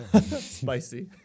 Spicy